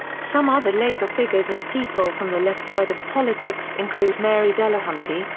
some other labor figures and people from the left side of politics include mary delahunty,